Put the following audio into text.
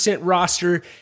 roster